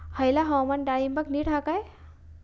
हयला हवामान डाळींबाक नीट हा काय?